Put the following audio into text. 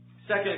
Second